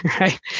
right